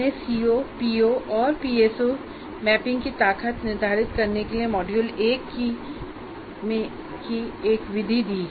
हमने CO POPSO mapping की ताकत निर्धारित करने के लिए मॉड्यूल १ की एक विधि दी